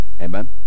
Amen